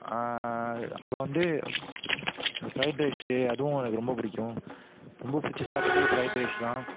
அப்புறம் வந்து இந்த ஃபிரைட் ரைஸ்ஸு அதுவும் எனக்கு ரொம்ப பிடிக்கும் ரொம்ப பிடிச்ச சாப்பாடே ஃபிரைட் ரைஸ் தான்